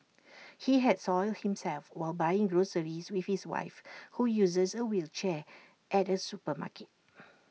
he had soiled himself while buying groceries with his wife who uses A wheelchair at A supermarket